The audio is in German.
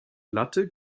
glatte